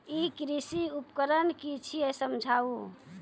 ई कृषि उपकरण कि छियै समझाऊ?